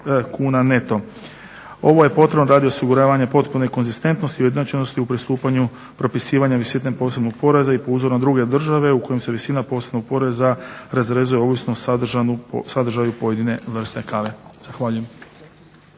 Ovo je potrebno radi osiguravanja potpune konzistentnosti i ujednačenosti u pristupanju propisivanja visine posebnog poreza i po uzoru na druge države u kojim se visina posebnog poreza … /Govornik se ne razumije./… ovisno o sadržaju pojedine vrste kave. Zahvaljujem.